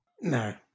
No